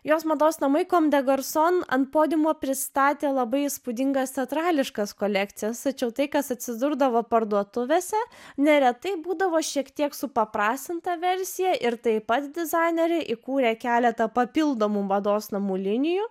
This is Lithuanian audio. jos mados namai kom de garson ant podiumo pristatė labai įspūdingas teatrališkas kolekcijas tačiau tai kas atsidurdavo parduotuvėse neretai būdavo šiek tiek supaprastinta versija ir tai pats dizainerė įkūrė keletą papildomų mados namų linijų